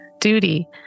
duty